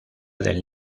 del